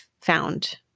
found